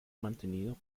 mantenido